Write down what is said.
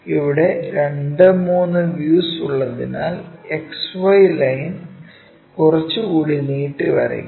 ഇവിടെ 2 3 വ്യൂസ് ഉള്ളതിനാൽ X Y line കുറച്ചു കൂടി നീട്ടി വരക്കാം